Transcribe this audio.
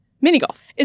Mini-golf